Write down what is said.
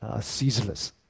ceaseless